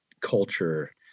culture